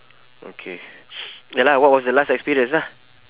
okay ya lah what was the last experience lah